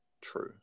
true